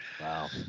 Wow